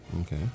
Okay